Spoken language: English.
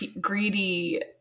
greedy